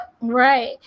Right